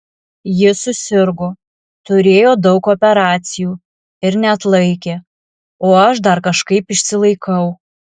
ji susirgo turėjo daug operacijų ir neatlaikė o aš dar kažkaip išsilaikau